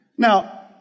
Now